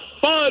fun